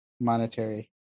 monetary